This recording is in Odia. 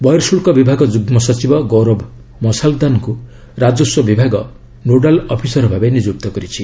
ବହିର୍ଶୁଳ୍କ ବିଭାଗ ଯୁଗ୍ମ ସଚିବ ଗୌରବ ମସାଲ୍ଦାନ୍ ଙ୍କୁ ରାଜସ୍ୱ ବିଭାଗ ନୋଡାଲ୍ ଅଫିସର ଭାବେ ନିଯୁକ୍ତ କରିଛି